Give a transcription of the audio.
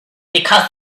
because